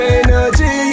energy